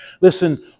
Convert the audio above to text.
Listen